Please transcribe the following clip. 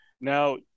Now